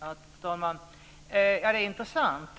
Fru talman! Det är intressant